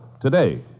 today